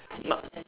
not